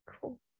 cool